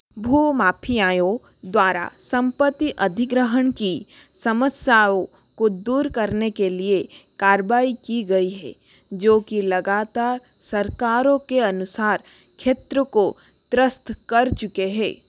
भू माफियाओं द्वारा संपत्ति अधिग्रहण की समस्याओं को दूर करने के लिए कार्रवाई की गई है जो कि लगातार सरकारों के अनुसार क्षेत्र को त्रस्त कर चुके हैं